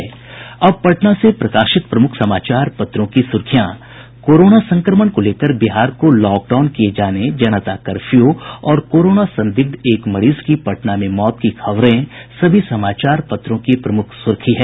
अब पटना से प्रकाशित प्रमुख समाचार पत्रों की सुर्खियां कोरोना संक्रमण को लेकर बिहार को लॉक डाउन किये जाने जनता कर्फ्यू और कोरोना संदिग्ध एक मरीज की पटना में मौत की खबरें सभी समाचार पत्रों की प्रमुख सुर्खी है